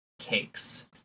cakes